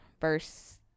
verse